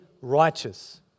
righteous